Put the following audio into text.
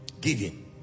giving